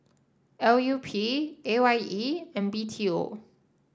L U P A Y E and B T O